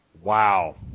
wow